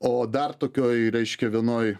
o dar tokioj reiškia vienoj